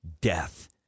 death